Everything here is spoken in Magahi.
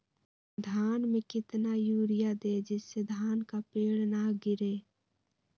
धान में कितना यूरिया दे जिससे धान का पेड़ ना गिरे?